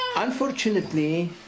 Unfortunately